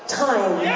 time